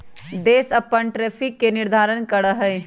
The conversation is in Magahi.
देश अपन टैरिफ के निर्धारण करा हई